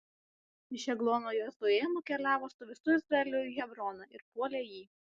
iš eglono jozuė nukeliavo su visu izraeliu į hebroną ir puolė jį